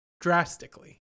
drastically